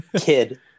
kid